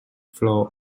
flow